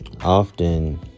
often